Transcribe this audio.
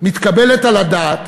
מתקבלת על הדעת